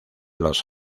los